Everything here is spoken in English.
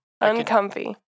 Uncomfy